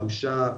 בושה,